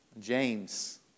James